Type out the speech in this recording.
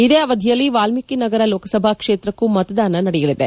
ಇದೇ ಅವಧಿಯಲ್ಲಿ ವಾಲ್ಮೀಕಿ ನಗರ ಲೋಕಸಭಾ ಕ್ಷೇತ್ರಕ್ಕೂ ಮತದಾನ ನಡೆಯಲಿದೆ